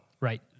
Right